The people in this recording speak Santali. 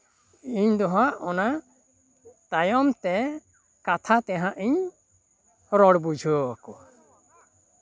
ᱤᱧ ᱫᱚ ᱦᱟᱸᱜ ᱚᱱᱟ ᱛᱟᱭᱚᱢ ᱛᱮ ᱠᱟᱛᱷᱟ ᱛᱮᱦᱟᱸᱜ ᱤᱧ ᱨᱚᱲ ᱵᱩᱡᱷᱟᱹᱣ ᱟᱠᱚᱣᱟ